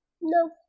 No